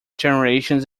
generations